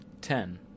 Ten